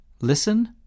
Listen